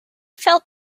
felt